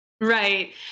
right